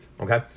Okay